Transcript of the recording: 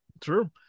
True